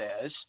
says